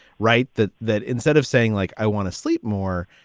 right. that that instead of saying like, i want to sleep more,